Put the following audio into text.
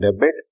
debit